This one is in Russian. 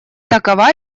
такова